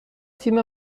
تیم